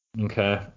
Okay